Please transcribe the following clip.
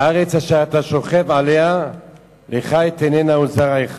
הארץ אשר אתה שכב עליה לך אתננה ולזרעך.